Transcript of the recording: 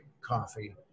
coffee